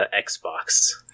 Xbox